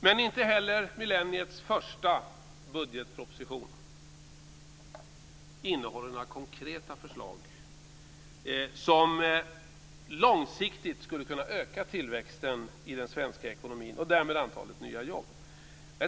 Men inte heller millenniets första budgetproposition innehåller några konkreta förslag som långsiktigt skulle kunna öka tillväxten i den svenska ekonomin och därmed antalet nya jobb.